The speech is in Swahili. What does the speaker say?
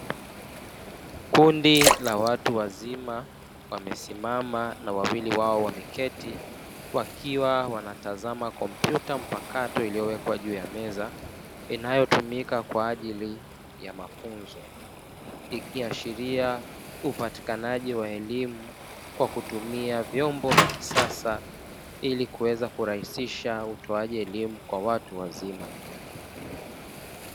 Kundi la watu wazima wamesimama na wawili wao wameketi, wakiwa wanatazama kompyuta mpakato iliyowekwa juu ya meza, inayotumika kwa ajili ya mafunzo, ikiashiria upatikanaji wa elimu kwa kutumia vyombo vya kisasa, ili kuweza kurahisisha utoaji wa elimu kwa watu wazima.